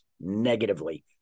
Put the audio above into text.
negatively